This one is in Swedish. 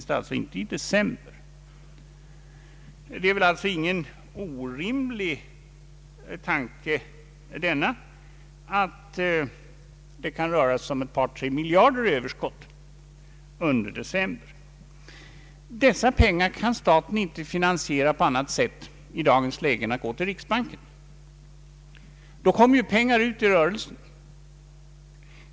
Det är väl inte någon orimlig tanke att det kan röra sig om ett par tre miljarder kronor i utgiftsöverskott under december. Dessa pengar kan staten i dagens läge inte uppbringa på annat sätt än genom att gå till riksbanken. Då kommer pengar ut i rörelsen.